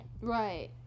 right